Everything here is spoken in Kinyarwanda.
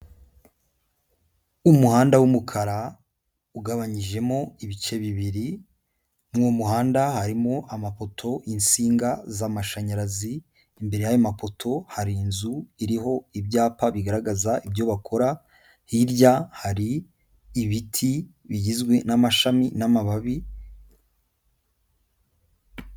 Umuhanda w'umukara ugabanyijemo ibice bibiri, muri uwo muhanda harimo amapoto y'insinga z'amashanyarazi, imbere y'ayo mapoto hari inzu iriho ibyapa bigaragaza ibyo bakora, hirya hari ibiti bigizwe n'amashami n'amababi.